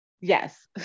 yes